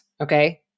okay